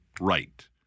right